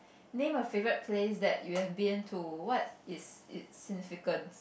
name a favorite place that you have been to what is it's significance